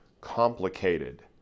complicated